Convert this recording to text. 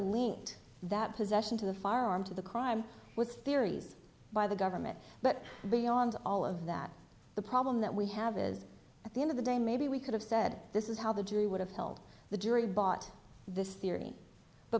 linked that possession to the farm to the crime with theories by the government but beyond all of that the problem that we have is at the end of the day maybe we could have said this is how the jury would have held the jury bought this theory but